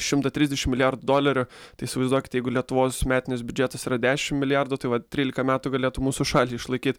šimtą trisdešim milijardų dolerių tai įsivaizduokite jeigu lietuvos metinis biudžetas yra dešim milijardų tai va trylika metų galėtų mūsų šalį išlaikyt